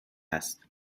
هست